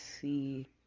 see